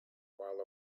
while